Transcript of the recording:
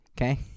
okay